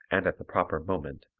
and at the proper moment,